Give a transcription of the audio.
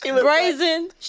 brazen